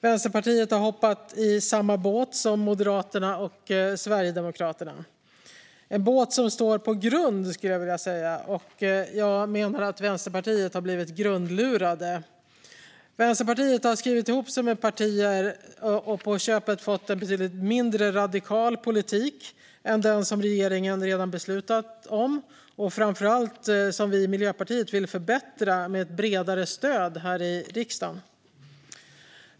Vänsterpartiet har hoppat i samma båt som Moderaterna och Sverigedemokraterna. Det är en båt som står på grund. Jag menar att Vänsterpartiet har blivit grundlurat. Vänsterpartiet har skrivit ihop sig med andra partier och har på köpet fått en betydligt mindre radikal politik än den regeringen redan har beslutat om och framför allt som vi i Miljöpartiet vill förbättra med ett bredare stöd här i riksdagen.